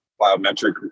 biometric